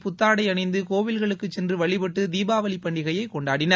புத்தாடை அணிந்து கோவில்களுக்கு சென்று வழிபட்டு தீபாவளிப் பண்டிகையைக் கொண்டாடினர்